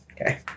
Okay